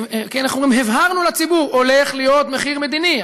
הבהרנו לציבור שהולך להיות מחיר מדיני: